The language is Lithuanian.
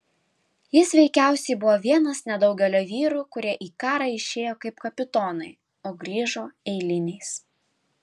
jis veikiausiai buvo vienas nedaugelio vyrų kurie į karą išėjo kaip kapitonai o grįžo eiliniais